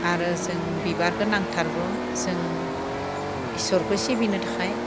आरो जों बिबारखौ नांथारगौ जों इसोरखो सिबिनो थाखाय